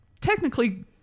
technically